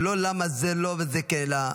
זה לא למה זה לא וזה כן.